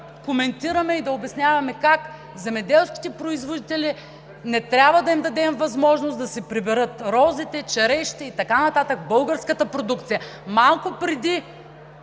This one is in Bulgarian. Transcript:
коментираме и да обясняваме как на земеделските производители не трябва да им дадем възможност да си приберат розите, черешите и така нататък, българската продукция. Малко преди